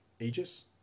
ages